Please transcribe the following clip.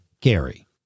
Gary